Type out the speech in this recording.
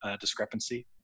discrepancy